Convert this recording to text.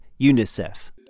UNICEF